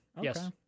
Yes